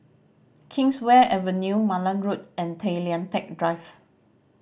Kingswear Avenue Malan Road and Tay Lian Teck Drive